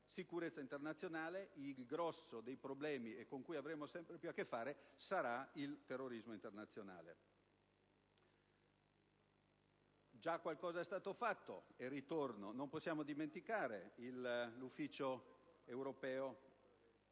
sollevato prima, il grosso dei problemi con cui avremo sempre più a che fare sarà il terrorismo internazionale. Già qualcosa è stato fatto: non possiamo dimenticare l'Ufficio europeo